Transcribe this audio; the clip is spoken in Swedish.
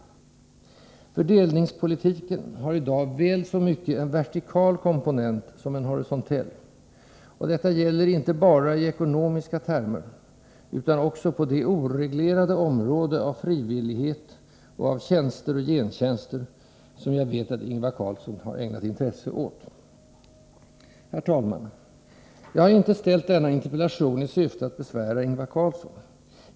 ”Fördelningspolitiken” har i dag väl så mycket en vertikal komponent som en horisontell. Detta gäller inte bara i ekonomiska termer, utan också på det oreglerade område av frivillighet och av tjänster och gentjänster som jag vet att Ingvar Carlsson har ägnat intresse åt. Herr talman! Jag har inte framställt denna interpellation i syfte att besvära Ingvar Carlsson.